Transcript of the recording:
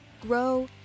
grow